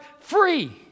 free